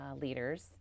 leaders